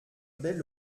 belle